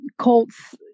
Colts